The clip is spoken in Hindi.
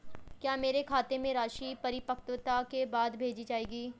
क्या मेरे खाते में राशि परिपक्वता के बाद भेजी जाएगी?